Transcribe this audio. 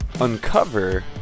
uncover